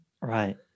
right